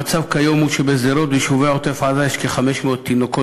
המצב כיום הוא שבשדרות וביישובי עוטף-עזה יש כ-500 תינוקות